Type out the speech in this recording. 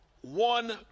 one